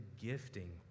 gifting